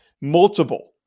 Multiple